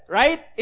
right